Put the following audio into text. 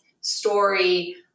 story